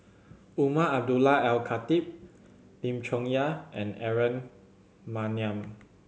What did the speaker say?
Umar Abdullah Al Khatib Lim Chong Yah and Aaron Maniam